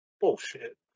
Bullshit